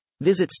Visit